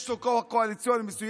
יש לו כוח קואליציוני מסוים,